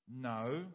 No